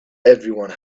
everyone